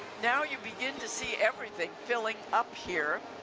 now you begin to see everything filling up here.